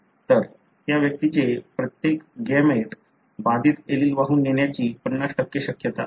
तर त्या व्यक्तीचे प्रत्येक गॅमेट बाधित एलील वाहून नेण्याची 50 शक्यता असते